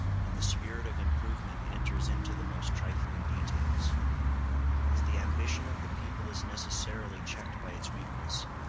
and the spirit of improvement enters into the most trifling details as the ambition of the people is necessarily checked by its weakness,